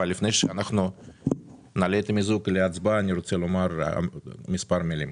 אבל לפני שאנחנו נעלה את המיזוג להצבעה אני רוצה לומר מספר מלים.